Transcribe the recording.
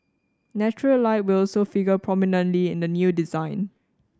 natural light will also figure prominently in the new design